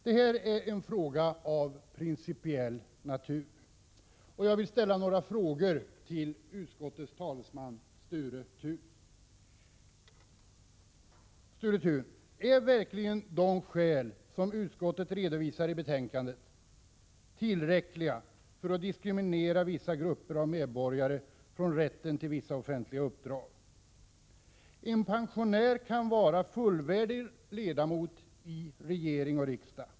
Detta är en fråga av principiell natur. Jag vill ställa några frågor till utskottets talesman Sture Thun. Är verkligen de skäl som utskottet redovisar i betänkandet tillräckliga för att diskriminera vissa grupper av medborgare från rätten till vissa offentliga uppdrag? En pensionär kan vara fullvärdig ledamot i regering och riksdag.